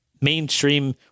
mainstream